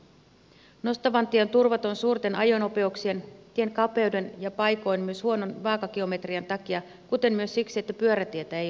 nostavantie on turvaton suurten ajonopeuksien tien kapeuden ja paikoin myös huonon vaakageometrian takia kuten myös siksi että pyörätietä ei ole